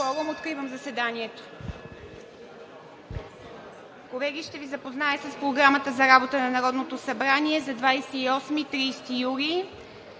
Колеги, ще Ви запозная с Програмата за работа на Народното събрание за 28 – 30 юли